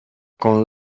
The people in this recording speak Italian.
con